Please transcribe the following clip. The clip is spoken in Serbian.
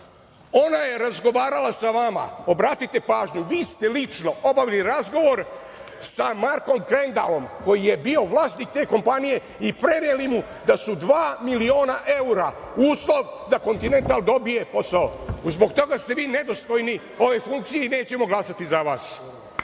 Ona je razgovarala sa vama. Obratite pažnju, vi ste lično obavili razgovor sa Markom Krendalom, koji je bio vlasnik te kompanije, i preneli mu da su dva miliona evra uslov da „Kontinental“ dobije posao. Zbog toga ste vi nedostojni ove funkcije i nećemo glasati za vas.